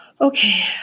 Okay